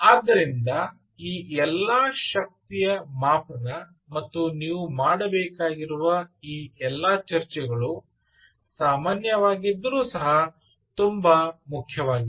ಆದ್ದರಿಂದ ಈ ಎಲ್ಲಾ ಶಕ್ತಿಯ ಮಾಪನ ಮತ್ತು ನೀವು ಮಾಡಬೇಕಾಗಿರುವ ಈ ಎಲ್ಲಾ ಚರ್ಚೆಗಳು ಸಾಮಾನ್ಯವಾಗಿದ್ದರೂ ಸಹ ತುಂಬಾ ಮುಖ್ಯವಾಗಿವೆ